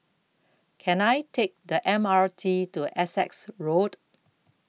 Can I Take The M R T to Essex Road